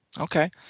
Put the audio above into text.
Okay